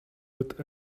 with